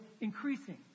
increasing